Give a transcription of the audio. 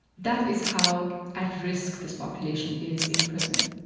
that is how at risk this population is in prison.